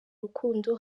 rukundo